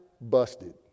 busted